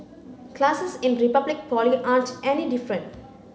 classes in Republic Poly aren't any different